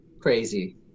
Crazy